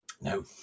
No